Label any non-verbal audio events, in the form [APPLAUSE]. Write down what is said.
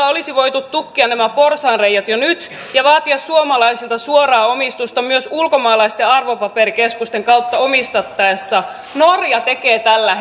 [UNINTELLIGIBLE] olisi voitu tukkia nämä porsaanreiät jo nyt ja vaatia suomalaisilta suoraa omistusta myös ulkomaalaisten arvopaperikeskusten kautta omistettaessa norja tekee tällä [UNINTELLIGIBLE]